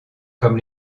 comme